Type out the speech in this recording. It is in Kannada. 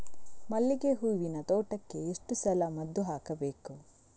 ಮಲ್ಲಿಗೆ ಹೂವಿನ ತೋಟಕ್ಕೆ ಎಷ್ಟು ಸಲ ಮದ್ದು ಹಾಕಬೇಕು?